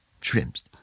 shrimps